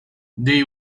they